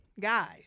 Guys